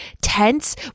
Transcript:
tense